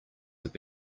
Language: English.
have